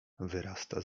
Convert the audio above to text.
wyrasta